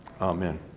Amen